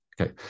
Okay